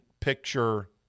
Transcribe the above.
picture